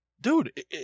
Dude